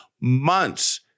months